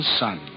son